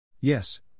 Yes